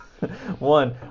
One